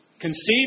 conceived